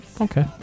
okay